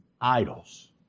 Idols